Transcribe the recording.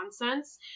nonsense